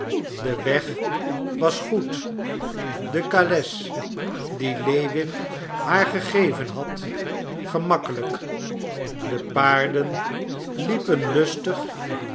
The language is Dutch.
de weg was goed de kales die lewin haar gegeven had gemakkelijk de paarden liepen lustig